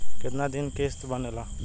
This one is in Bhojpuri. कितना दिन किस्त बनेला?